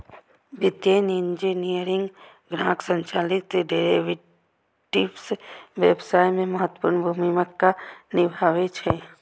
वित्तीय इंजीनियरिंग ग्राहक संचालित डेरेवेटिव्स व्यवसाय मे महत्वपूर्ण भूमिका निभाबै छै